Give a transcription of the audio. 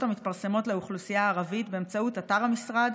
המתפרסמות לאוכלוסייה הערבית באמצעות אתר המשרד,